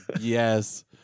yes